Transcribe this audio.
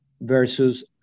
versus